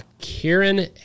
Karen